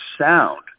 sound